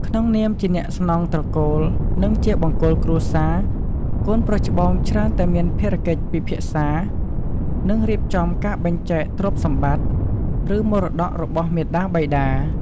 ក្នុងនាមជាអ្នកស្នងត្រកូល និងជាបង្គោលគ្រួសារ កូនប្រុសច្បងច្រើនតែមានភារកិច្ចពិភាក្សា និងរៀបចំការបែងចែកទ្រព្យសម្បត្តិ ឬមរតករបស់មាតាបិតា។